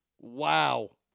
Wow